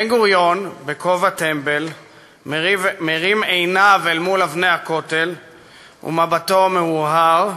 בן-גוריון בכובע טמבל מרים עיניו אל מול אבני הכותל ומבטו מהורהר,